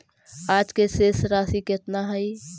आज के शेष राशि केतना हई?